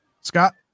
Scott